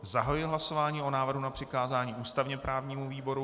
Zahajuji hlasování o návrhu na přikázání ústavněprávnímu výboru.